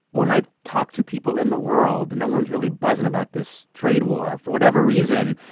when i talk to people in the world, no one's really buzzing about this trade war. for whatever reason,